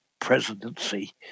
presidency